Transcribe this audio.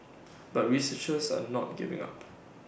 but researchers are not giving up